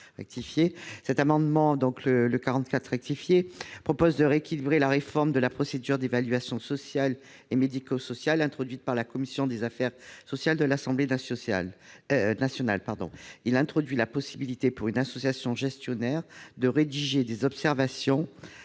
L'amendement n° 44 rectifié tend à rééquilibrer la réforme de la procédure d'évaluation sociale et médico-sociale introduite par la commission des affaires sociales de l'Assemblée nationale. Il s'agit de permettre à une association gestionnaire de rédiger des observations